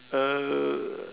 uh